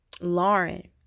Lauren